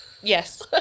Yes